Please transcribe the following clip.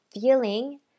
feeling